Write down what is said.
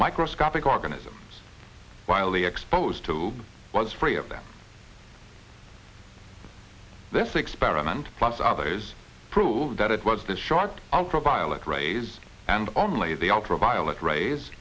microscopic organisms while the exposed to was free of them this experiment plus others proved that it was the shark ultraviolet rays and only the ultraviolet ra